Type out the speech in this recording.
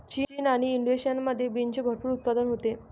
चीन आणि इंडोनेशियामध्ये बीन्सचे भरपूर उत्पादन होते